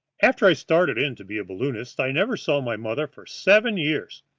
after i started in to be a balloonist i never saw my mother for seven years.